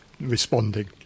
responding